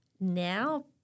now